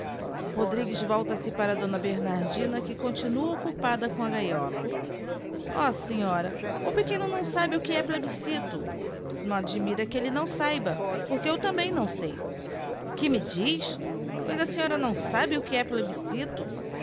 perguntava rodrigues volta-se para d bernardina que continua occupada com a gaiola o senhora o pequeno não sabe o que é pieiiscito não admira que elle não saiba porque eu também não sei que me diz pois a senhora não sabe o que é plebiscito